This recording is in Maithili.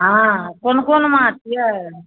हँ कोन कोन माछ यए